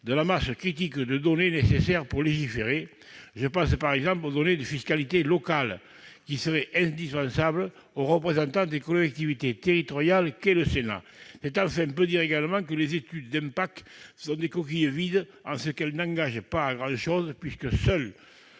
de la masse critique de données nécessaires pour légiférer. Je pense, par exemple, aux données de fiscalité locale, qui seraient indispensables au représentant des collectivités territoriales qu'est le Sénat. C'est enfin peu dire également que les études d'impact sont des coquilles vides en ce qu'elles n'engagent pas à grand-chose, puisque seul